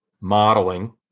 modeling